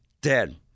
dead